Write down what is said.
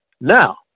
Now